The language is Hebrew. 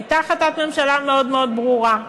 הייתה החלטת ממשלה מאוד מאוד ברורה,